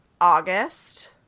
August